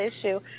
issue